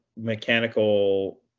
mechanical